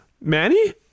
Manny